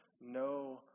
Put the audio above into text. no